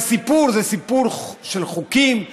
זה סיפור: זה סיפור של חוקים,